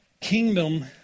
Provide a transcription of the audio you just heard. Kingdom